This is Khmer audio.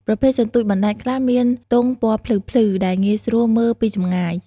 ប្រភេទសន្ទូចបណ្ដែតខ្លះមានទង់ពណ៌ភ្លឺៗ ដែលងាយស្រួលមើលពីចម្ងាយ។